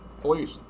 Police